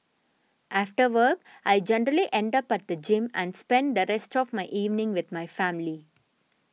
after work I generally end up at the gym and spend the rest of my evening with my family